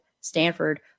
Stanford